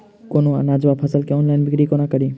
कोनों अनाज वा फसल केँ ऑनलाइन बिक्री कोना कड़ी?